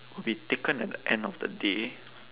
will be taken at the end of the day